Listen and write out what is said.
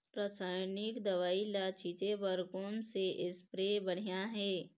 रासायनिक दवई ला छिचे बर कोन से स्प्रे बढ़िया हे?